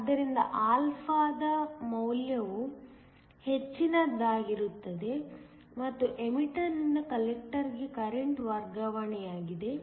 ಆದ್ದರಿಂದ α ನ ಮೌಲ್ಯವು ಹೆಚ್ಚಿನದಾಗಿರುತ್ತದೆ ಮತ್ತು ಎಮಿಟರ್ ನಿಂದ ಕಲೆಕ್ಟರ್ ಗೆ ಕರೆಂಟ್ ವರ್ಗಾವಣೆಯಾಗಿದೆ